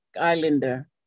Islander